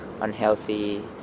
unhealthy